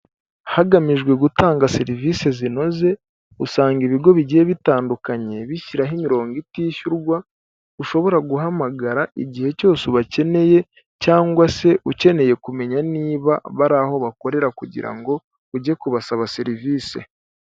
Hagamijwe gutanga serivisi zinoze usanga ibigo bigiye bitandukanye bishyiraho imirongo itishyurwa ushobora guhamagara igihe cyose ubakeneye cyangwa se ukeneye kumenya niba bari aho bakorera kugira ngo ujye kubasaba serivisi.